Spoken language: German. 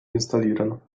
installieren